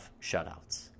shutouts